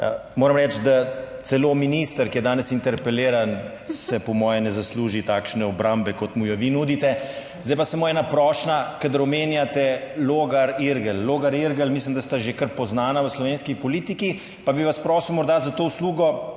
Moram reči, da celo minister, ki je danes interpeliran, se po moje ne zasluži takšne obrambe, kot mu jo vi nudite. Zdaj pa samo ena prošnja. Kadar omenjate Logar, Irgl, Logar, Irgl, mislim, da sta že kar poznana v slovenski politiki, pa bi vas prosil morda za to uslugo,